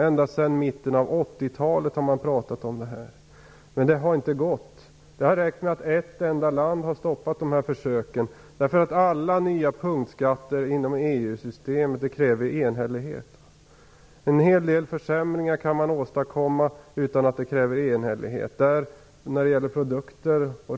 Ända sedan mitten av 80-talet har man pratat om det här. Men det har inte gått. Det har räckt med ett enda land för att stoppa de här försöken, därför att alla nya punktskatter inom EU-systemet kräver enhällighet. En hel del försämringar kan man åstadkomma utan att det kräver enhällighet. När det gäller regelsystemet för